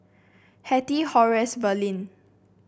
Hettie Horace Verlin